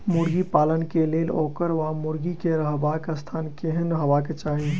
मुर्गी पालन केँ लेल ओकर वा मुर्गी केँ रहबाक स्थान केहन हेबाक चाहि?